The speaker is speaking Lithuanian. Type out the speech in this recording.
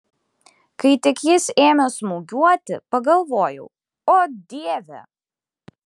kai tik jis ėmė smūgiuoti pagalvojau o dieve